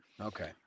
okay